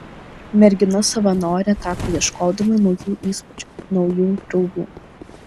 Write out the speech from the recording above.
mergina savanore tapo ieškodama naujų įspūdžių naujų draugų